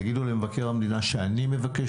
תגידו למבקר המדינה שאני אישית מבקש